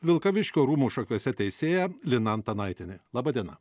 vilkaviškio rūmų šakiuose teisėja lina antanaitienė laba diena